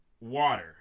water